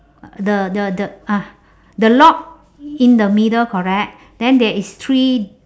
uh the the the ah the lock in the middle correct then there is three